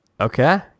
Okay